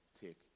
take